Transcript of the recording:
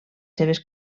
seves